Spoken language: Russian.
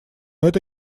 это